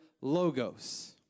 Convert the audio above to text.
logos